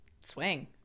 swing